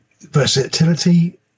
versatility